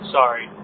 sorry